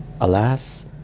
alas